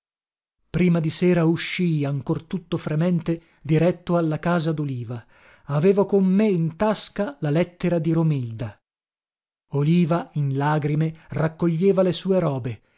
prima di sera uscii ancor tutto fremente diretto alla casa doliva avevo con me in tasca la lettera di romilda oliva in lagrime raccoglieva le sue robe